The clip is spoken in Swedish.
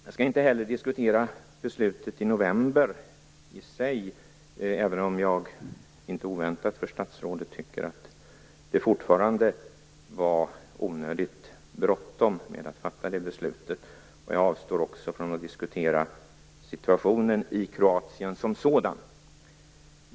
Jag skall inte heller diskutera beslutet i november i sig, även om jag - inte oväntat för statsrådet - fortfarande tycker att det var onödigt bråttom med att fatta det beslutet. Jag avstår också från att diskutera situationen i Kroatien som sådan.